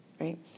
right